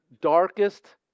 darkest